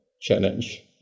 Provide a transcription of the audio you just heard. challenge